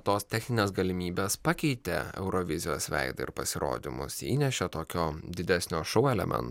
tos techninės galimybės pakeitė eurovizijos veidą ir pasirodymus įnešė tokio didesnio šou elemento